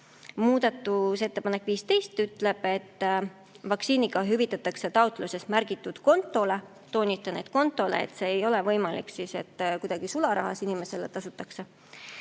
Muudatusettepanek nr 15 ütleb, et vaktsiinikahju hüvitatakse taotluses märgitud kontole. Toonitan, et kontole – ei ole võimalik, et kuidagi sularahas inimesele tasutakse.